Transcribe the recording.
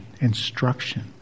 instruction